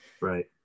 right